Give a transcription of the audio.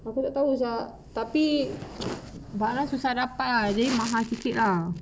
aku tak tahu [sial] tapi bahan susah dapat jadi mahal sikit lah